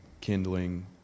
kindling